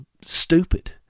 stupid